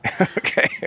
Okay